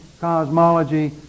cosmology